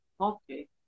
Okay